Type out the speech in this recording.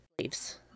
leaves